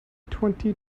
twenty